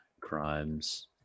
crimes